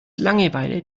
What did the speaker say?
langeweile